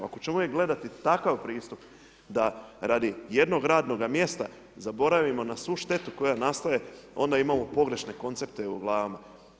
Ako ćemo uvijek gledati takav pristup da radi jednoga radnoga mjesta zaboravimo na svu štetu koja nastaje onda imamo pogrešne koncerte u glavama.